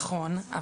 נכון,